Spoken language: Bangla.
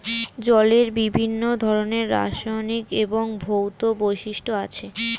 জলের বিভিন্ন ধরনের রাসায়নিক এবং ভৌত বৈশিষ্ট্য আছে